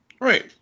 Right